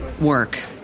work